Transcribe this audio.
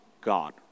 God